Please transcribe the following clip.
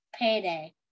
payday